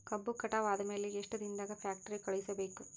ಕಬ್ಬು ಕಟಾವ ಆದ ಮ್ಯಾಲೆ ಎಷ್ಟು ದಿನದಾಗ ಫ್ಯಾಕ್ಟರಿ ಕಳುಹಿಸಬೇಕು?